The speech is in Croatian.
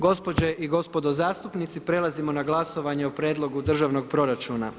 Gospođe i gospodo zastupnici, prelazimo na glasovanje o Prijedlogu Državnog proračuna.